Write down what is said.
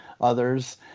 others